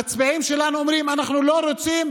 המצביעים שלנו אומרים: אנחנו לא רוצים